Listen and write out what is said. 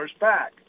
back